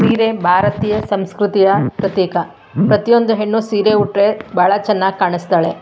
ಸೀರೆ ಭಾರತೀಯ ಸಂಸ್ಕೃತಿಯ ಪ್ರತೀಕ ಪ್ರತಿಯೊಂದು ಹೆಣ್ಣು ಸೀರೆ ಉಟ್ಟರೆ ಬಹಳ ಚೆನ್ನಾಗಿ ಕಾಣಿಸ್ತಾಳೆ